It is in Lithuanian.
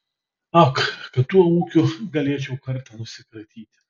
ak kad tuo ūkiu galėčiau kartą nusikratyti